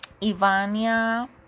Ivania